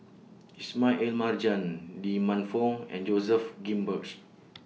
Ismail Marjan Lee Man Fong and Joseph Grimberg